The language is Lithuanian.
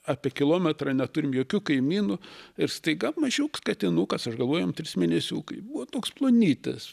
apie kilometrą neturim jokių kaimynų ir staiga mažiuks katinukas aš galvojau jam trys mėnesiukai buvo toks plonytis